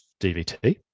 DVT